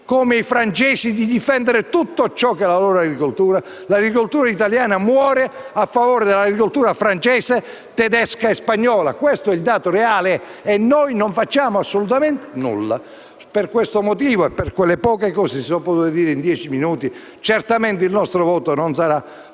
siamo capaci di difendere tutto ciò che è la nostra agricoltura. L'agricoltura italiana muore a favore dell'agricoltura francese, tedesca e spagnola: questo è il dato reale, ma noi non facciamo assolutamente nulla. Per questo motivo e per quelle poche cose che si sono potute dire in dieci minuti certamente il nostro voto non sarà